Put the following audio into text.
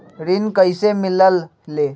ऋण कईसे मिलल ले?